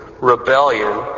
rebellion